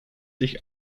sich